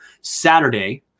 Saturday